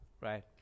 right